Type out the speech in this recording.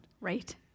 Right